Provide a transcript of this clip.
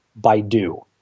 baidu